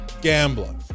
Gambler